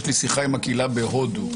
יש לי שיחה עם הקהילה בהודו,